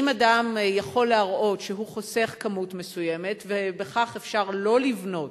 אם אדם יכול להראות שהוא חוסך כמות מסוימת ובכך אפשר שלא לבנות